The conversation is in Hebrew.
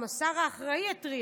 וגם השר האחראי התריע,